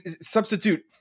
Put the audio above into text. substitute